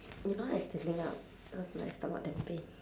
you know I standing up cause my stomach damn pain